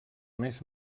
més